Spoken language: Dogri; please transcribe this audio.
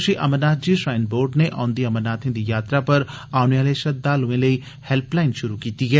श्री अमरनाथजी श्राईन बोर्ड नै औंदी अमरनाथें दी जात्तरा पर औने आहले श्रद्धालुएं लेई हैल्पलाईन षुरु कीती ऐ